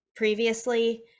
Previously